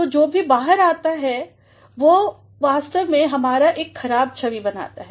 तो जो भी बाहर जाता है वह वास्तव में हमारा एक ख़राब छविबनाता है